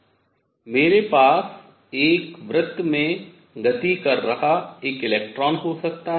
मेरे पास एक वृत में गति कर रहा एक इलेक्ट्रॉन हो सकता है